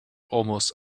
almost